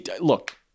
Look